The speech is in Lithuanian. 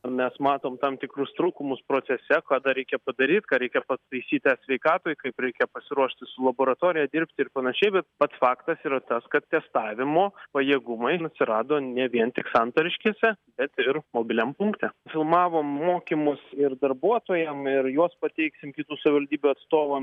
mes matom tam tikrus trūkumus procese ką dar reikia padaryt ką reikia pataisyt e sveikatoj kaip reikia pasiruošti su laboratorija dirbti ir panašiai bet pats faktas yra tas kad testavimo pajėgumai atsirado ne vien tik santariškėse bet ir mobiliam punkte filmavom mokymus ir darbuotojam ir juos pateiksim kitų savivaldybių atstovam